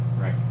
right